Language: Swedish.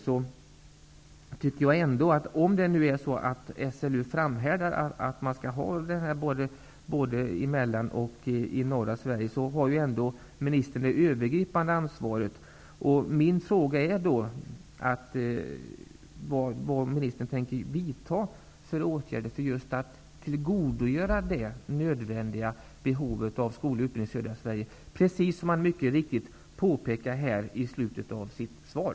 Om SLU nu framhärdar i att utbildningen skall ligga i Mellansverige och norra Sverige, är det ändå ministern som har det övergripande ansvaret. Min fråga är då vilka åtgärder ministern tänker vidta för att just tillgodose det nödvändiga behovet av skoglig utbildning i södra Sverige, precis som han mycket riktigt påpekar i slutet av sitt svar.